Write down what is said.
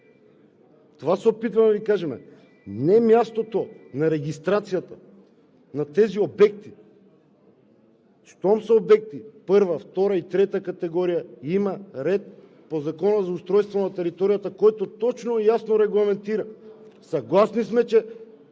Това се опитваме да Ви кажем – не е мястото на регистрацията на тези обекти. Щом са обекти първа, втора и трета категория – има ред по Закона за устройство на територията, който точно и ясно регламентира. Съгласни сме, че